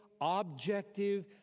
objective